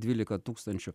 dvylika tūkstančių